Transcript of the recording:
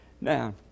Now